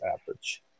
average